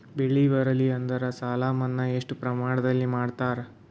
ಬೆಳಿ ಬರಲ್ಲಿ ಎಂದರ ಸಾಲ ಮನ್ನಾ ಎಷ್ಟು ಪ್ರಮಾಣದಲ್ಲಿ ಮಾಡತಾರ?